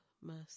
mercy